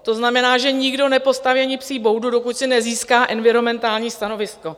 To znamená, že nikdo nepostaví ani psí boudu, dokud si nezíská environmentální stanovisko.